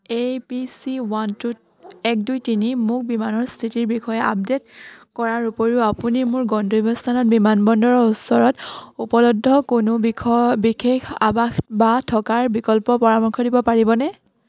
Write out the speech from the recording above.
এ B C one two এক দুই তিনি মোক বিমানৰ স্থিতিৰ বিষয়ে আপডেট কৰাৰ উপৰিও আপুনি মোৰ গন্তব্যস্থানত বিমানবন্দৰৰ ওচৰত উপলব্ধ কোনো বিখ বিশেষ আৱাস বা থকাৰ বিকল্পৰ পৰামৰ্শ দিব পাৰিবনে